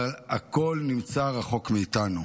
אבל הכול נמצא רחוק מאיתנו.